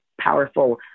powerful